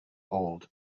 old